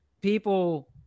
people